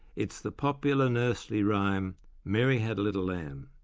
it's the popular nursery rhyme mary had a little lamb.